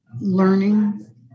learning